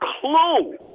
clue